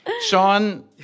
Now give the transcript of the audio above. Sean